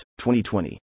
2020